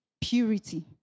purity